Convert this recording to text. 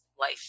life